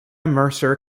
mercer